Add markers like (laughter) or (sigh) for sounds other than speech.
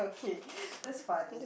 K (breath) that's funny